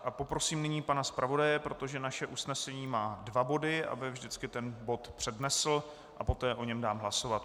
Nyní poprosím pana zpravodaje, protože naše usnesení má dva body, aby vždycky ten bod přednesl, a poté o něm dám hlasovat.